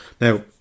Now